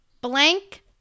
Blank